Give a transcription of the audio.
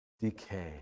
decay